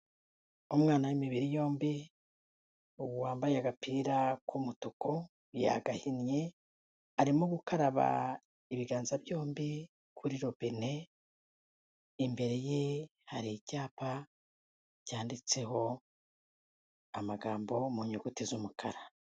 Umwana w'imibiri yombi, wambaye agapira k'umutuku yagahinnye, arimo gukaraba ibiganza byombi kuri robine, imbere ye hari icyapa cyanditseho amagambo mu nyuguti z'umukara.